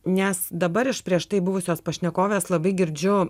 nes dabar iš prieš tai buvusios pašnekovės labai girdžiu